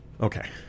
Okay